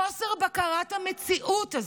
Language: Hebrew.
חוסר בקרת המציאות הזאת,